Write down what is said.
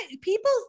people